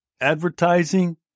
advertising